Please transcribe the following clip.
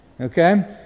okay